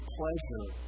pleasure